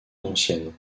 ancienne